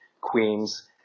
Queens